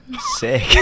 Sick